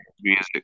music